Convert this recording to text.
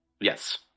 Yes